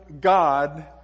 God